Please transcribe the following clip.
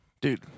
Dude